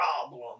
problem